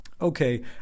Okay